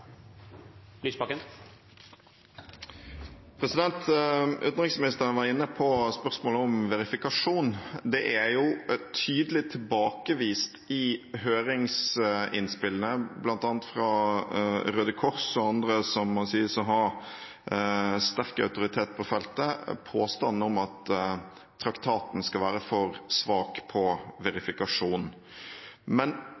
Lysbakken. Utenriksministeren var inne på spørsmålet om verifikasjon. Det er tydelig tilbakevist i høringsinnspillene, bl.a. fra Røde Kors og andre som må sies å ha sterk autoritet på feltet, påstanden om at traktaten skal være for svak med hensyn til verifikasjon. Men